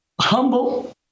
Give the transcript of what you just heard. humble